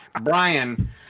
Brian